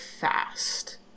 fast